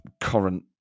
current